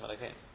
Okay